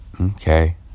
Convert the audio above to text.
Okay